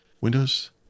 Windows